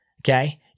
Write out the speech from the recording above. Okay